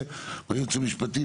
והיועץ המשפטי,